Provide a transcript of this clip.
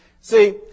See